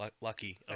lucky